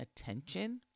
attention